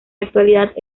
actualidad